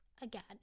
again